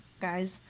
guys